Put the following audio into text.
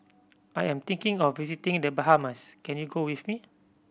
I am thinking of visiting The Bahamas can you go with me